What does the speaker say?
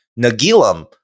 Nagilam